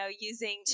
using